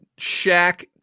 Shaq